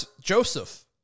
Joseph